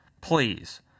Please